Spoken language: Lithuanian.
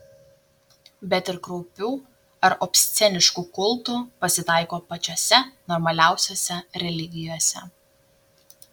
bet ir kraupių ar obsceniškų kultų pasitaiko pačiose normaliausiose religijose